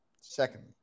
Second